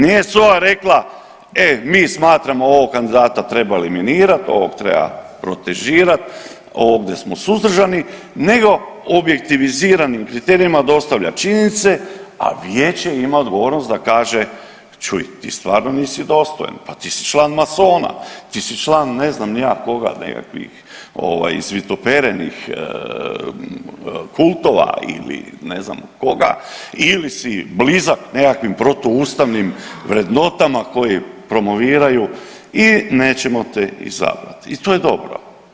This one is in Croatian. Nije SOA rekla e mi smatramo ovog kandidata trebali eliminirat, ovog treba protežirati, ovdje smo suzdržani nego objektiviziranim kriterijima dostavlja činjenice, a Vijeće ima odgovornost da kaže, čuj, ti stvarno nisi dostojan, pa ti si član masona, ti si član, ne znam ni ja koga, nekakvih ovaj izvitoperenih kultova ili ne znam koga ili si blizak nekim protuustavnim vrednotama koji promoviraju i nećemo te izabrati i to je dobro.